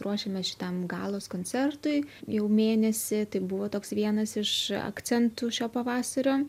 ruošėmės šitam galos koncertui jau mėnesį tai buvo toks vienas iš akcentų šio pavasario